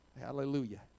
hallelujah